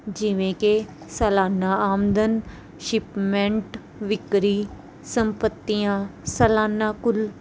ਜਿਵੇਂ ਕਿ ਸਲਾਨਾ ਆਮਦਨ ਸ਼ਿਫਮੈਂਟ ਵਿਕਰੀ ਸੰਪੱਤੀਆਂ ਸਲਾਨਾਕੁਲ